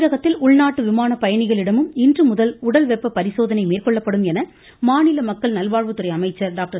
தமிழகத்தில் உள்நாட்டு விமான பயணிகளிடமும் இன்றுமுதல் உடல் வெப்ப பரிசோதனை மேற்கொள்ளப்படும் என மாநில மக்கள் நல்வாழ்வுத்துறை அமைச்சா் டாக்டர்